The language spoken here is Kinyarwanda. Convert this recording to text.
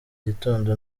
gitondo